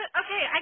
okay